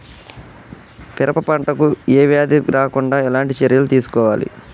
పెరప పంట కు ఏ వ్యాధి రాకుండా ఎలాంటి చర్యలు తీసుకోవాలి?